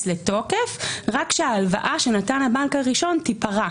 לתוקף רק כשההלוואה שנתן הבנק הראשון תיפרע.